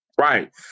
Right